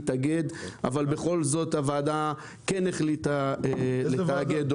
המטרה הייתה נכונה, אבל החליטו ללכת על התאגיד,